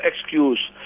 excuse